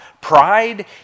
Pride